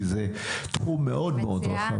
כי זה תחום מאוד רחב.